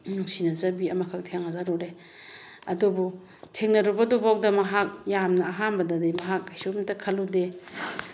ꯅꯨꯡꯁꯤꯅꯖꯕꯤ ꯑꯃꯈꯛ ꯊꯦꯡꯅꯖꯔꯨꯔꯦ ꯑꯗꯨꯕꯨ ꯊꯦꯡꯅꯔꯕꯗꯨꯐꯥꯎꯗ ꯃꯍꯥꯛ ꯌꯥꯝꯅ ꯑꯍꯥꯝꯕꯗꯗꯤ ꯃꯍꯥꯛ ꯀꯩꯁꯨꯝꯇ ꯈꯜꯂꯨꯗꯦ